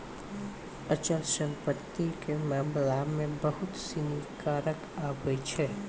अचल संपत्ति के मामला मे बहुते सिनी कारक आबै छै